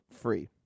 free